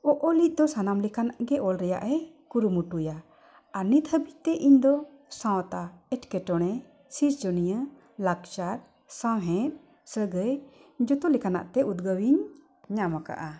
ᱚ ᱚᱞᱤᱡ ᱫᱚ ᱥᱟᱱᱟᱢ ᱞᱮᱠᱟᱱᱟᱜ ᱜᱮ ᱚᱞ ᱨᱮᱱᱟᱜ ᱮ ᱠᱩᱨᱩᱢᱩᱴᱩᱭᱟ ᱟᱨ ᱱᱤᱛ ᱦᱟᱹᱵᱤᱡ ᱛᱮ ᱤᱧᱫᱚ ᱥᱟᱶᱛᱟ ᱮᱴᱠᱮᱴᱚᱬᱮ ᱥᱤᱨᱡᱚᱱᱤᱭᱟᱹ ᱞᱟᱠᱪᱟᱨ ᱥᱟᱶᱦᱮᱫ ᱥᱟᱹᱜᱟᱹᱭ ᱡᱷᱚᱛᱚ ᱞᱮᱠᱟᱱᱟᱜ ᱛᱮ ᱩᱫᱽᱜᱟᱹᱣᱤᱧ ᱧᱟᱢ ᱟᱠᱟᱫᱟ